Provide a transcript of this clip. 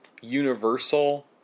universal